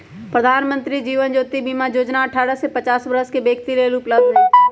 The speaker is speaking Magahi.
प्रधानमंत्री जीवन ज्योति बीमा जोजना अठारह से पचास वरस के व्यक्तिय लेल उपलब्ध हई